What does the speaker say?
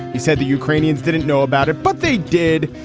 he said the ukrainians didn't know about it but they did.